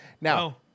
now